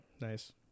Nice